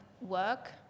work